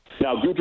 Now